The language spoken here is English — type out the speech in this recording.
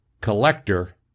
collector